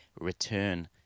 return